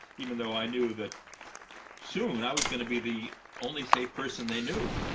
even though i knew that soon, i was going to be the only safe person they knew